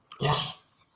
yes